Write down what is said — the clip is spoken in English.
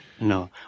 No